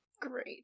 Great